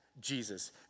Jesus